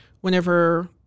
whenever